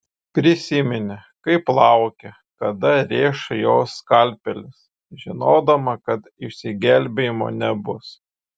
prisiminė kaip laukė kada rėš jo skalpelis žinodama kad išsigelbėjimo nebus